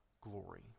glory